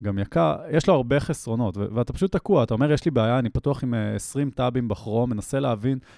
גם יקר, יש לו הרבה חסרונות, ואתה פשוט תקוע, אתה אומר, יש לי בעיה, אני פתוח עם 20 טאבים בכרום, אני מנסה להבין.